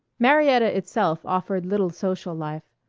marietta itself offered little social life.